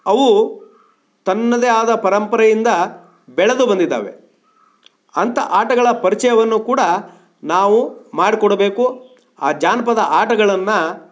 ಅವು ತನ್ನದೇ ಆದ ಪರಂಪರೆಯಿಂದ ಬೆಳೆದು ಬಂದಿದ್ದಾವೆ ಅಂಥ ಆಟಗಳ ಪರಿಚಯವನ್ನು ಕೂಡ ನಾವು ಮಾಡಿಕೊಡಬೇಕು ಆ ಜಾನಪದ ಆಟಗಳನ್ನು